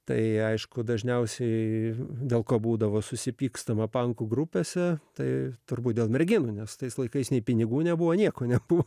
tai aišku dažniausiai dėl ko būdavo susipykstama pankų grupėse tai turbūt dėl merginų nes tais laikais nei pinigų nebuvo nieko nebuvo